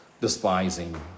despising